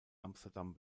amsterdam